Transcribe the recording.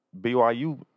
BYU